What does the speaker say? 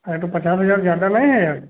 अरे तो पचास हजार ज़्यादा नही है यार